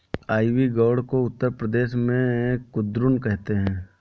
ivy gourd को उत्तर प्रदेश में कुद्रुन कहते हैं